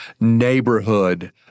neighborhood